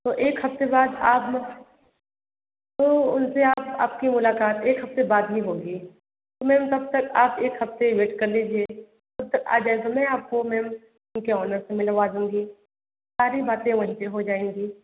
तो एक हफ्ते बाद आप को उनसे आपकी मुलाकात एक हफ्ते बाद ही होगी तो मेम तब तक आप एक हफ्ते वेट कर लीजिये तब तक आ जायेगा मैं आपको मेम जमीन के ऑनर से मिलवा दूँगी सारी बातें वहीं पर हो जाएगी